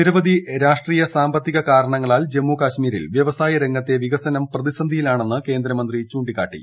നിരവധി രാഷ്ട്രീയ സാമ്പത്തിക കാരണങ്ങളാൽ ജമ്മുകശ്മീരിൽ വ്യവസായ രംഗത്തെ വികസനം പ്രതിസന്ധിയിലാണെന്ന് കേന്ദ്രമന്ത്രി ചൂണ്ടിക്കാട്ടി